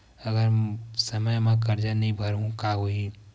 अगर समय मा कर्जा नहीं भरबों का होई?